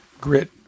grit